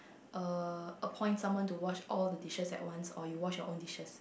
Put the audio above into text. uh appoint someone to wash all the dishes at once or you wash your own dishes